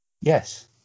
Yes